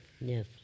Yes